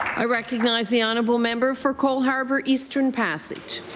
i recognize the honourable member for cole harbour eastern passage.